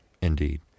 indeed